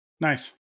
Nice